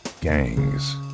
gangs